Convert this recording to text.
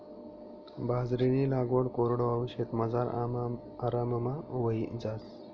बाजरीनी लागवड कोरडवाहू शेतमझार आराममा व्हयी जास